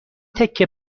تکه